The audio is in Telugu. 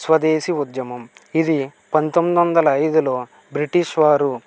స్వదేశీ ఉద్యమం ఇది పంతొమ్మిదొందల ఐదులో బ్రిటిష్ వారు